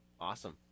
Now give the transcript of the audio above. awesome